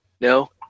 no